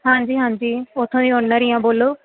ਹਾਂਜੀ ਹਾਂਜੀ ਉੱਥੋਂ ਦੀ ਓਨਰ ਹੀ ਹਾਂ ਬੋਲੋ